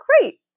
great